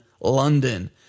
London